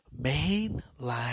mainline